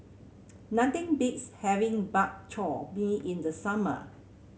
nothing beats having Bak Chor Mee in the summer